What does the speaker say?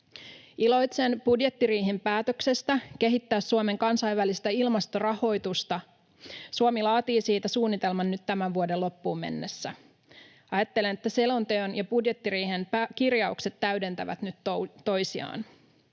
Iloitsen budjettiriihen päätöksestä kehittää Suomen kansainvälistä ilmastorahoitusta. Suomi laatii siitä suunnitelman nyt tämän vuoden loppuun mennessä. Ajattelen, että selonteon ja budjettiriihen kirjaukset täydentävät nyt toisiaan.